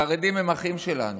החרדים הם אחים שלנו,